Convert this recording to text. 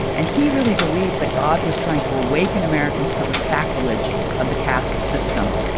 and he really believed that god was trying to awaken americans to the sacrilege of the caste system.